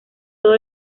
todo